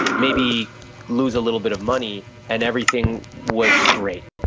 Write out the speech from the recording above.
maybe lose a little bit of money and everything was great.